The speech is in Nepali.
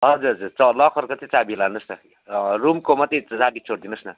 हजुर हजुर लकरको चाहिँ चाबी लानुहोस् न रुमको मात्रै चाबी छोड्दिनु होस् न